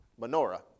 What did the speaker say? menorah